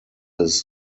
his